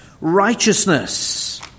righteousness